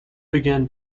began